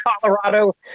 Colorado